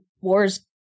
war's